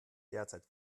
derzeit